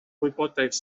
wybodaeth